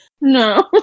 No